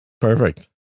Perfect